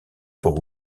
pour